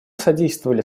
содействовали